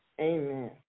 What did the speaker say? Amen